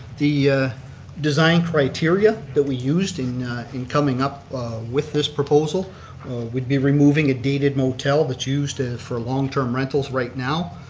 the design criteria that we used in in coming up with this proposal would be removing a dated motel that's used ah for long term rentals right now.